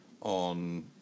on